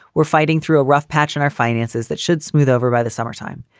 we're fighting through a rough patch in our finances that should smooth over by the summertime.